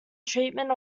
treatment